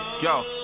Yo